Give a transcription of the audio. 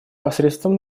посредством